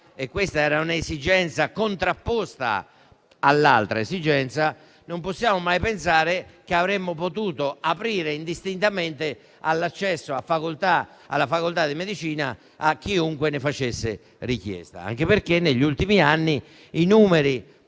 (questa era un'esigenza contrapposta all'altra) che avremmo potuto aprire indistintamente l'accesso alla facoltà di medicina a chiunque ne facesse richiesta, anche perché negli ultimi anni i numeri